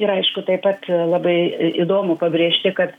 ir aišku taip pat labai įdomu pabrėžti kad